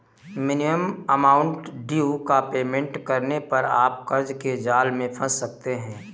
minimum amount due का payment करने पर आप कर्ज के जाल में फंस सकते हैं